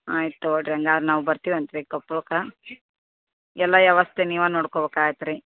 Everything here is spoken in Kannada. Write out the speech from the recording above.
ಆಯ್ತು ತಗೊಳ್ಳಿ ರೀ ಹಂಗಾರೆ ನಾವು ಬರ್ತೀವಿ ಅಂತ ರೀ ಕೊಪ್ಪಳ್ಕಾ ಎಲ್ಲ ವ್ಯವಸ್ಥೆ ನೀವು ನೋಡ್ಕೊಬಕು ಆಯ್ತು ರೀ